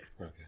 okay